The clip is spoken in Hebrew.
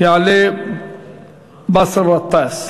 יעלה באסל גטאס.